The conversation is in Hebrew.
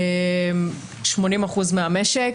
80% מהמשק.